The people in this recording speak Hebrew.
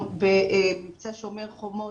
במבצע "שומר החומות"